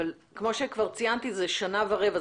כמו שכבר ציינתי, זאת שנה ורבע.